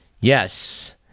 Yes